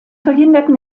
verhinderten